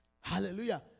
Hallelujah